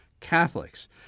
Catholics